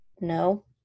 No